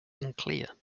unclear